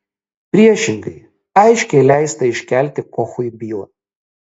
priešingai aiškiai leista iškelti kochui bylą